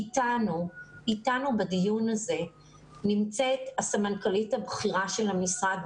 איתנו בדיון הזה נמצאת הסמנכ"לית הבכירה של המשרד,